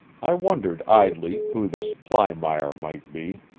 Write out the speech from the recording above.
i wondered idly who this plymire might be,